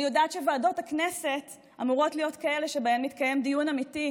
אני יודעת שוועדות הכנסת אמורות להיות כאלה שבהן מתקיים דיון אמיתי,